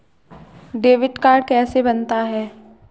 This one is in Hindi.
डेबिट कार्ड कैसे बनता है?